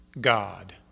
God